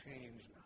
change